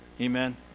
amen